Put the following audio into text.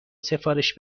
سفارش